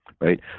right